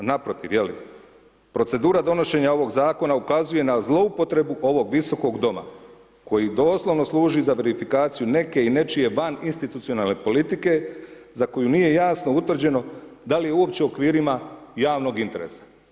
Naprotiv, procedura donošenja ovog zakona ukazuje na zloupotrebu ovog Visokog doma koji doslovno služi za verifikaciju neke i nečije vaninstitucionalne politike za koju nije jasno utvrđeno da li je uopće u okvirima javnog interesa.